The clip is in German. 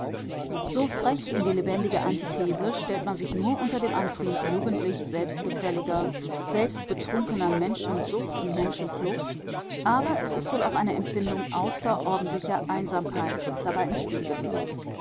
so frech in die lebendige antithese stellt man sich nur unter dem antrieb jugendlich selbstgefälliger selbstbetrunkener menschensucht und menschenflucht aber es ist wohl auch eine empfindung außerordentlicher einsamkeit dabei im spiel gewesen